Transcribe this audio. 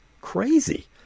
crazy